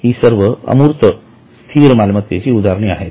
ही सर्व अमूर्त स्थिर मालमत्तेची उदाहरणे आहेत